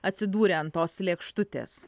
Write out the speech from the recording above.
atsidūrė ant tos lėkštutės